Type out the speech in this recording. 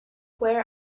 where